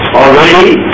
already